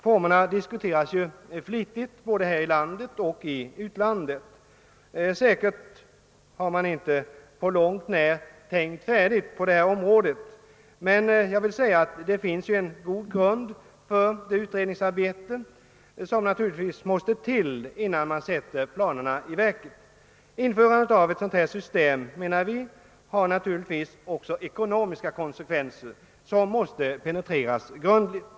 Den saken diskuteras ju flitigt både här i landet och i utlandet, och säkerligen har man ännu inte på långt när tänkt färdigt i det fallet, men det finns en god grund för det utredningsarbete som måste göras innan planerna sättes i verket. Införandet av ett sådant system får naturligtvis också ekonomiska konsekvenser som måste penetreras grundligt.